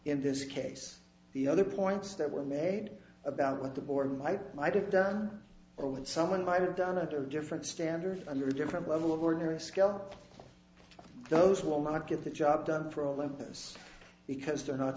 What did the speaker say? in this case the other points that were made about what the board might might have done or what someone might have done under a different standard under a different level of ordinary skill those will not get the job done for olympus because they are not